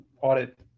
audit